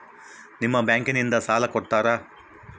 ನಿಮ್ಮ ಬ್ಯಾಂಕಿನಿಂದ ಸಾಲ ಕೊಡ್ತೇರಾ?